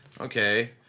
okay